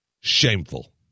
Shameful